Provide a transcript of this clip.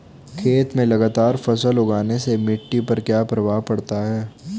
खेत में लगातार फसल उगाने से मिट्टी पर क्या प्रभाव पड़ता है?